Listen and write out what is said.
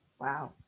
wow